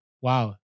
Wow